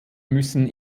müssen